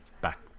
back